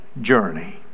journey